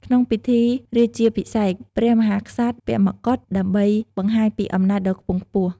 ក្នុងពិធីរាជាភិសេក ព្រះមហាក្សត្រពាក់ម្កុដ ដើម្បីបង្ហាញពីអំណាចដ៏ខ្ពង់ខ្ពស់។